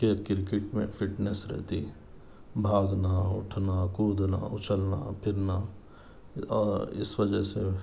کہ کرکٹ میں فِٹنس رہتی بھاگنا اُٹھنا کودنا اُچھلنا پھرنا پھر اور اِس وجہ سے